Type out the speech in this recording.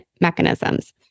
mechanisms